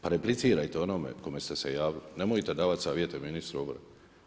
Pa replicirajte onome kome ste se javili, nemojte davati savjete ministru obrane.